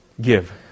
give